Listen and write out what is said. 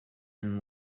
and